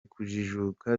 kujijuka